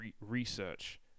research